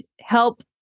help